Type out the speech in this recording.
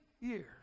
years